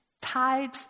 tied